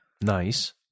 Nice